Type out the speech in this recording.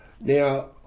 Now